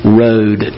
road